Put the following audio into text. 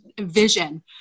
vision